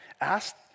Ask